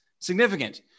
significant